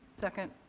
second.